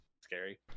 scary